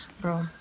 Bro